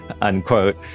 unquote